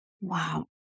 Wow